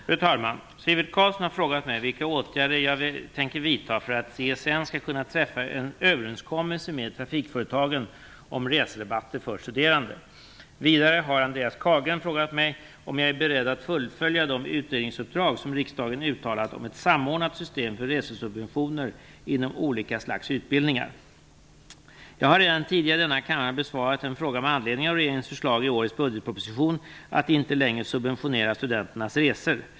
Fru talman! Sivert Carlsson har frågat mig vilka åtgärder jag tänker vidta för att CSN skall kunna träffa en överenskommelse med trafikföretagen om reserabatter för studerande. Vidare har Andreas Carlgren frågat mig om jag är beredd att fullfölja de utredningsuppdrag som riksdagen uttalat om ett samordnat system för resesubventioner inom olika slags utbildningar. Jag har redan tidigare i denna kammare besvarat en fråga med anledning av regeringens förslag i årets budgetproposition att inte längre subventionera studenternas resor.